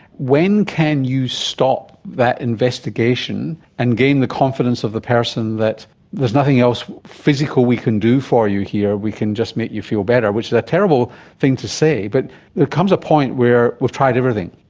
when can you stop that investigation and gain the confidence of the person that there's nothing else physical we can do for you here, we can just make you feel better, which is a terrible thing to say, but there comes a point where we've tried everything.